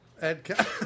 Ed